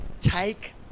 Take